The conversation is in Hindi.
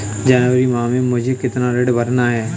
जनवरी माह में मुझे कितना ऋण भरना है?